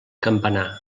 campanar